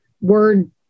word